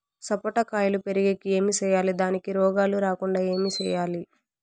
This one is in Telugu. సపోట కాయలు పెరిగేకి ఏమి సేయాలి దానికి రోగాలు రాకుండా ఏమి సేయాలి?